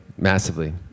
Massively